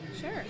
Sure